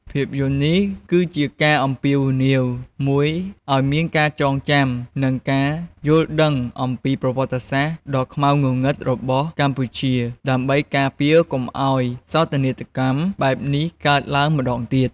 ភាពយន្តនេះគឺជាការអំពាវនាវមួយឱ្យមានការចងចាំ និងការយល់ដឹងអំពីប្រវត្តិសាស្ត្រដ៏ខ្មៅងងឹតរបស់កម្ពុជា ដើម្បីការពារកុំឱ្យសោកនាដកម្មបែបនេះកើតឡើងម្តងទៀត។